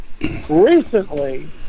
Recently